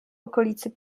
okolicy